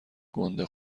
گنده